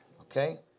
Okay